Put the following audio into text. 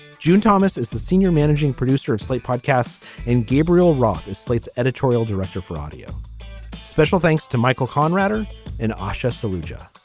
june thomas is the senior managing producer of slate podcasts and gabriel roth is slate's editorial director for audio special thanks to michael conrad and asha soldier.